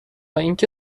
اینکه